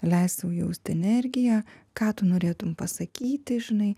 leisk sau jausti energiją ką tu norėtum pasakyti žinai